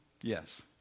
Yes